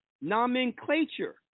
nomenclature